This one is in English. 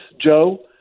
Joe